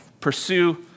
pursue